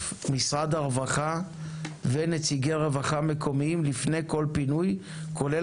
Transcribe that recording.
משרד הרווחה ונציגי הרווחה המקומיים לפני כל פינוי כולל